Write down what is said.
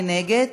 מי נגד?